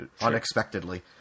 unexpectedly